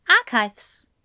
archives